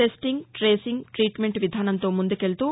testing tracing treatment విధానంతో ముందుకెళ్తూ